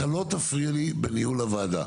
אתה לא תפריע לי בניהול העבודה,